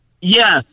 Yes